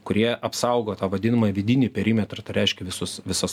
kurie apsaugo tą vadinamąjį vidinį perimetrą tai reiškia visus visas